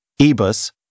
Ebus